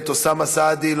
אוסאמה סעדי,